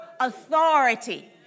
authority